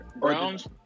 Brown's